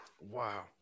Wow